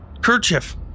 kerchief